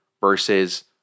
versus